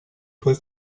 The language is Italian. tuoi